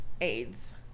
AIDS